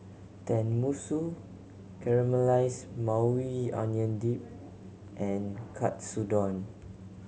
Tenmusu Caramelized Maui Onion Dip and Katsudon